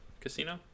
Casino